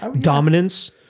dominance